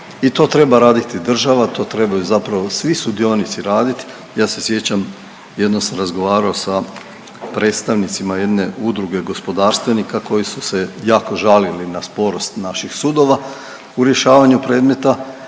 i to treba raditi država, to trebaju zapravo svi sudionici radit. Ja se sjećam jednom sam razgovarao sa predstavnicima jedne udruge gospodarstvenika koji su se jako žalili na sporost naših sudova u rješavanju predmeta